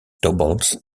doubles